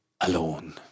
alone